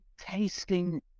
tasting